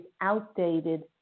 outdated